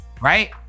Right